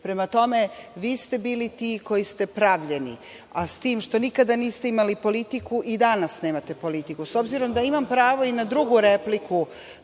tome, vi ste bili ti koji ste pravljeni, a s tim što nikada niste imali politiku i danas nemate politiku. S obzirom da imam pravo i na drugu repliku